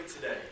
today